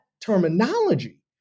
terminology